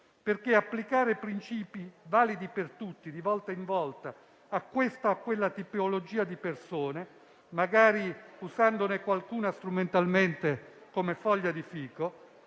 perché applicare principi validi per tutti di volta in volta a questa o a quella tipologia di persone, magari usandone qualcuna strumentalmente come foglia di fico,